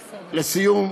סליחה,